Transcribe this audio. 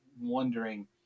wondering